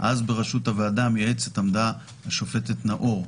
בראשות הוועדה המייעצת עמדה אז השופטת נאור,